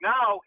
Now